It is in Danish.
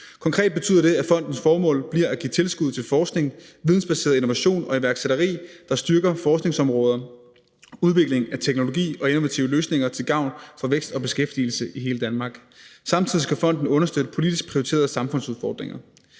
Konkret betyder det, at fondens formål bliver at give tilskud til forskning, vidensbaseret innovation og iværksætteri, der styrker forskningsområder, udvikling af teknologi og innovative løsninger til gavn for vækst og beskæftigelse i hele Danmark. Samtidig skal fonden understøtte politisk prioriterede samfundsudfordringer.